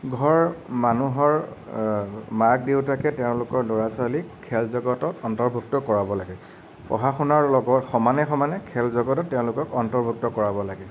ঘৰ মানুহৰ মাক দেউতাকে তেওঁলোকৰ ল'ৰা ছোৱালীক খেল জগতত অন্তৰ্ভুক্ত কৰাব লাগে পঢ়া শুনাৰ লগত সমানে সমানে খেল জগতত তেওঁলোকক অন্তৰ্ভুক্ত কৰাব লাগে